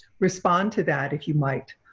respond to that if you might.